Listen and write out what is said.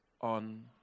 on